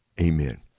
amen